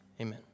Amen